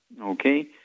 Okay